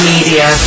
Media